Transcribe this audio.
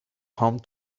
home